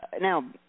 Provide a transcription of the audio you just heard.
Now